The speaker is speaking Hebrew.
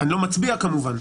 אני לא מצביע כמובן.